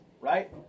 right